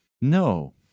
No